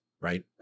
right